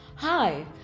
Hi